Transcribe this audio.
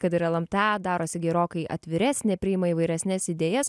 kad ir lmta darosi gerokai atviresnė priima įvairesnes idėjas